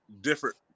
different